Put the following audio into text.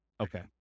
Okay